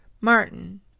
Martin